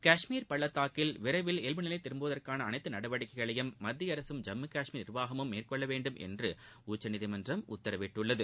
காஷ்மீர் பள்ளத்தாக்கில் விரைவில் இயல்பு நிலை திரும்புவதற்கான அனைத்து நடவடிக்கைகளையும் மத்திய அரசும் ஜம்மு காஷ்மீர் நிர்வாகமும் மேற்கொள்ள வேண்டும் என்று உச்சநீதிமன்றம் உத்தரவிட்டுள்ளது